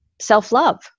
self-love